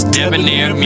Debonair